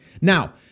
now